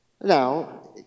Now